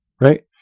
right